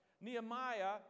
Nehemiah